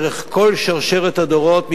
דרך כל שרשרת הדורות,